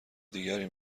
دیگری